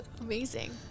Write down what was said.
Amazing